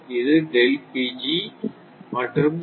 இது மற்றும் இது